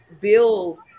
build